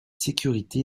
sécurité